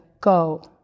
Go